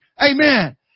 Amen